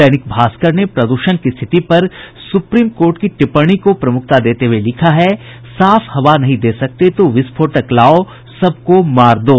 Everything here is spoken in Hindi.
दैनिक भास्कर ने प्रद्षण की स्थिति पर सुप्रीम कोर्ट की टिप्पणी को प्रमुखता देते हुए लिखा है साफ हवा नहीं दे सकते तो विस्फोटक लाओ सबको मार दो